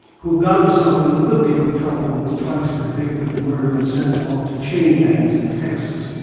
who got himself in a good deal of trouble and was trice convicted of murder and sent off to chain gangs in texas.